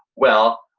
well,